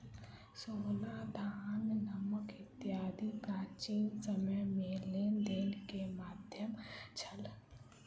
सोना, धान, नमक इत्यादि प्राचीन समय में लेन देन के माध्यम छल